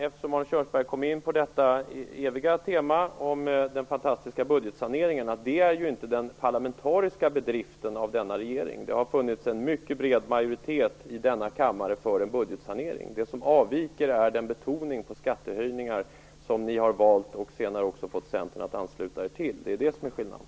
Eftersom Arne Kjörnsberg kom in på det eviga temat om den fantastiska budgetsaneringen vill jag också säga att det inte är en parlamentarisk bedrift av denna regering. Det har funnits en mycket bred majoritet här i kammaren för en budgetsanering. Det som avviker är den betoning på skattehöjningar som ni har valt, och senare också fått Centern att ansluta sig till. Det är detta som är skillnaden.